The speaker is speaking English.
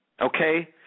Okay